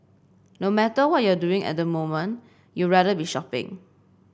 no matter what you're doing at the moment you'd rather be shopping